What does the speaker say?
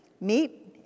meet